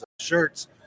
shirts